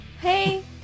Hey